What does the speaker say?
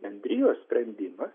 bendrijos sprendimas